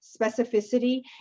specificity